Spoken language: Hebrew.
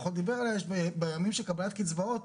בימים של קבלת קצבאות,